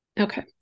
Okay